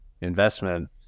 investment